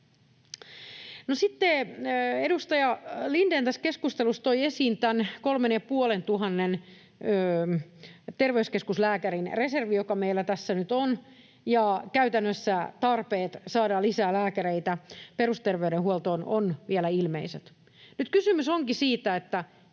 edustaja Lindén tässä keskustelussa toi esiin tämän 3 500 terveyskeskuslääkärin reservin, joka meillä tässä nyt on, ja käytännössä tarpeet saada lisää lääkäreitä perusterveydenhuoltoon ovat vielä ilmeiset. Nyt kysymys onkin siitä, mistä